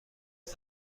این